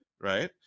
right